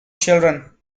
children